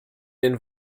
den